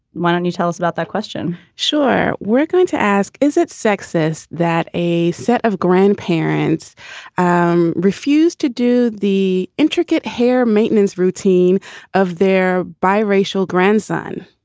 why don't you tell us about that question? sure. we're going to ask, is it sexist that a set of grandparents um refuse to do the intricate hair maintenance routine of their bi-racial grandson?